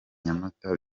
nyamata